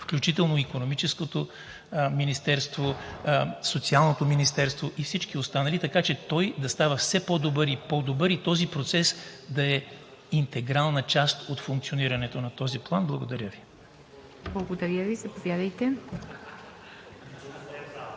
включително Икономическото министерство, Социалното министерство и всички останали, така че той да става все по-добър и по-добър, и този процес да е интегрална част от функционирането на този план? Благодаря Ви. ПРЕДСЕДАТЕЛ ИВА